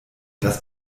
das